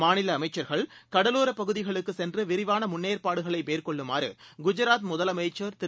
மாநிலஅமைச்சர்கள் கடலோரபகுதிகளுக்குசென்றுவிரிவானமுன்னேற்பாடுகளைமேற்கொள்ளுமாறுகுஜாத் முதலமைச்சர் திரு